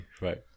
Right